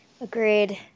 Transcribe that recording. Agreed